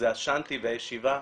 זה השאנטי והישיבה,